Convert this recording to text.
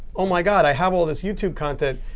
oh my god, i have all this youtube content.